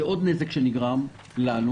זה עוד נזק שנגרם לנו.